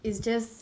it's just